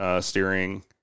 steering